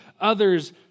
others